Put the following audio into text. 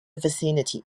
vicinity